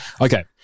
Okay